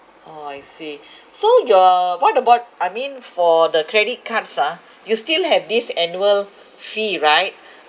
orh I see so you're what about I mean for the credit cards ah you still have this annual fee right